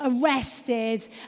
arrested